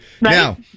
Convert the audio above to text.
Now